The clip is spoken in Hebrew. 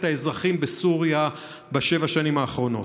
האזרחים בסוריה בשבע השנים האחרונות.